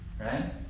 Right